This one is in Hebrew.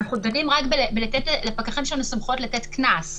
אנחנו דנים בלתת לפקחים שלנו סמכויות לתת קנס.